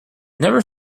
never